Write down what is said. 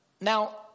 Now